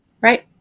Right